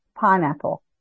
pineapple